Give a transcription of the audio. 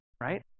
Right